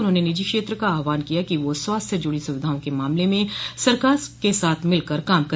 उन्होंने निजी क्षेत्र का आहवान किया कि वह स्वास्थ्य से जुड़ी सुविधाओं के मामले में सरकार के साथ मिलकर काम कर